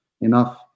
enough